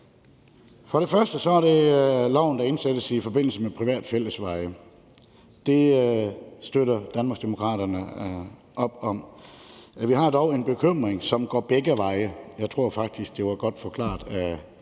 og fremmest er der det, der indsættes i loven i forbindelse med private fællesveje. Det støtter Danmarksdemokraterne op om. Vi har dog en bekymring, som går begge veje. Jeg tror faktisk, det blev godt forklaret